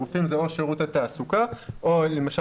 הגופים זה או שירות התעסוקה או למשל